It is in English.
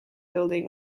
building